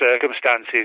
circumstances